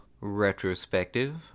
retrospective